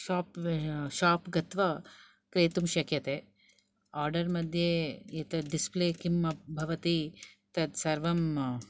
shop shop गत्वा क्रेतुं शक्यते आर्डर् मध्ये एतत् डिस्प्ले किं भवति तत् सर्वं